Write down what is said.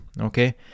okay